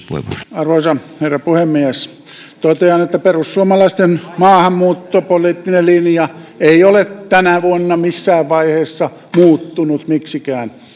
arvoisa herra puhemies totean että perussuomalaisten maahanmuuttopoliittinen linja ei ole tänä vuonna missään vaiheessa muuttunut miksikään se